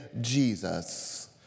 Jesus